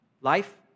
life